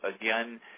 again